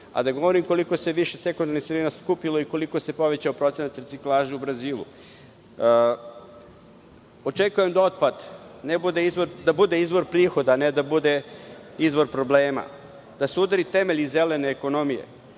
a da ne govorim koliko se više sekundarnih sirovina skupilo i koliko se povećao procenat reciklaže u Brazilu. Očekujem da otpad bude izvor prihoda, a ne da bude izvor problema; da se udare temelji zelene ekonomije;